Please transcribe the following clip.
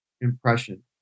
impression